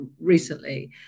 recently